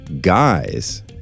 guys